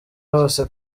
hose